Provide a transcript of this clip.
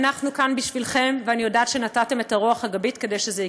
אנחנו כאן בשבילכם ואני יודעת שנתתם את הרוח הגבית כדי שזה יקרה.